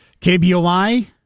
KBOI